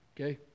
Okay